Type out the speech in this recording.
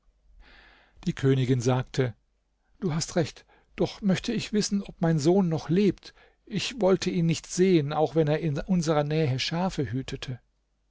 die königin sagte du hast recht doch möchte ich wissen ob mein sohn noch lebt ich wollte ihn nicht sehen auch wenn er in unserer nähe schafe hütete